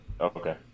Okay